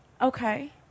okay